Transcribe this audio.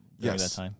Yes